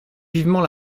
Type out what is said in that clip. vivement